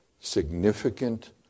significant